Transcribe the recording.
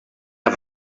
have